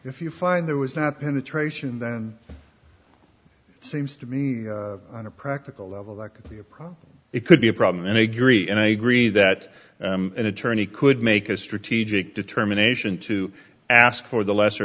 if you find there was not penetration then seems to me on a practical level like a problem it could be a problem and i agree and i agree that an attorney could make a strategic determination to ask for the lesser